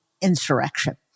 insurrection